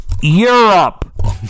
Europe